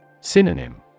Synonym